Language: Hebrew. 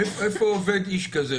איפה עובד איש כזה?